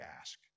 ask